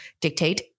dictate